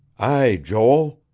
aye, joel,